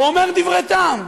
ואומר דברי טעם.